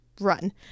run